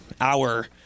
hour